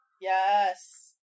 yes